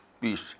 peace